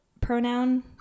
Pronoun